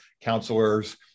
counselors